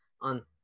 on